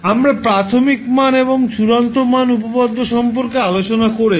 আমরা প্রাথমিক মান এবং চূড়ান্ত মান উপপাদ্য সম্পর্কে আলোচনা করেছি